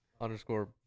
underscore